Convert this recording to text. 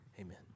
Amen